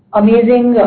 amazing